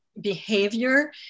behavior